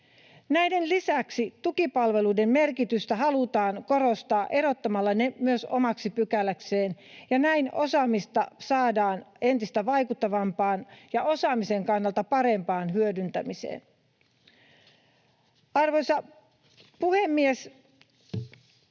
Näiden lisäksi tukipalveluiden merkitystä halutaan korostaa erottamalla ne omaksi pykäläkseen, ja näin osaamista saadaan entistä vaikuttavampaan ja osaamisen kannalta parempaan hyödyntämiseen. Arvoisa puhemies!